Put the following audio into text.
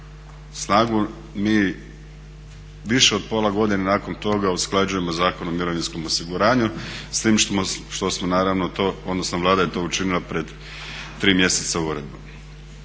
snagu, mi više od pola godine nakon toga usklađujemo Zakon o mirovinskom osiguranju s tim što smo naravno to, odnosno Vlada je to učinila pred tri mjeseca uredbom.